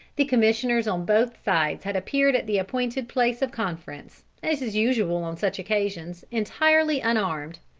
the commissioners on both sides had appeared at the appointed place of conference, as is usual on such occasions, entirely unarmed.